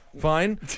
Fine